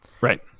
Right